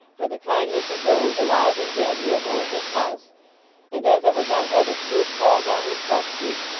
for the kindness of those, alive and dead, who have owned this house and as i would not have its roof fall down and crush me,